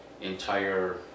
entire